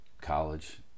college